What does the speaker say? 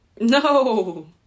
No